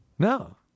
No